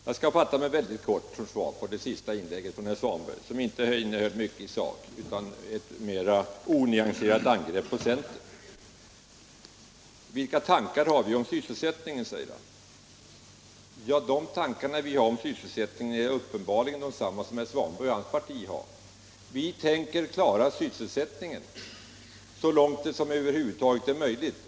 Jag skall fatta mig mycket kort som svar på det senaste inlägget från herr Svanberg, som inte innehöll mycket i sak utan mera var ett onyanserat angrepp på centern. Vilka tankar har centern om sysselsättningen, frågade herr Svanberg. De tankar vi har om sysselsättningen är uppenbarligen desamma som herr Svanberg och hans parti har. Vi tänker klara sysselsättningen så långt som det över huvud taget är möjligt.